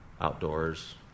outdoors